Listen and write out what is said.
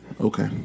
okay